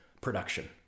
production